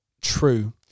true